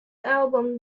album